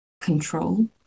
control